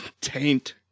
taint